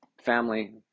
family